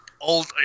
old